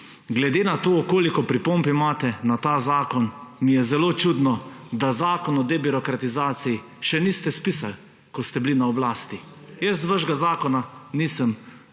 Glede na to, koliko pripomb imate na ta zakon, mi je zelo čudno, da zakona o debirokratizaciji še niste spisali, ko ste bili na oblasti. Jaz vašega zakona nisem